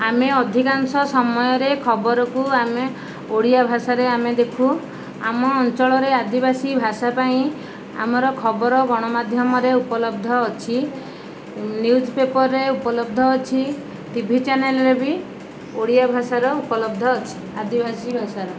ଆମେ ଅଧିକାଂଶ ସମୟରେ ଖବରକୁ ଆମେ ଓଡ଼ିଆ ଭାଷାରେ ଆମେ ଦେଖୁ ଆମ ଅଞ୍ଚଳରେ ଆଦିବାସୀ ଭାଷା ପାଇଁ ଆମର ଖବର ଗଣମାଧ୍ୟମରେ ଉପଲବ୍ଧ ଅଛି ନିୟୁଜ୍ ପେପରରେ ଉପଲବ୍ଧ ଅଛି ଟିଭି ଚ୍ୟାନଲ୍ରେ ବି ଓଡ଼ିଆ ଭାଷାର ଉପଲବ୍ଧ ଅଛି ଆଦିବାସୀ ଭାଷାର